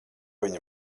viņa